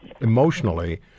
emotionally